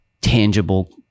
tangible